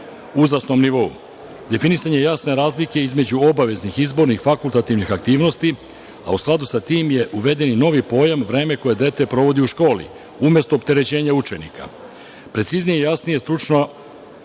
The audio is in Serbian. uzrasnom nivou, definisanje jasne razlike između obaveznih, izbornih, fakultativnih aktivnosti, a u skladu sa tim je uveden i novi pojam „vreme koje dete provodi u školi“, umesto opterećenje učenika. Preciznije i jasnije stručno